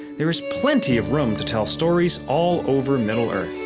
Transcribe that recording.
there is plenty of room to tell stories all over middle-earth.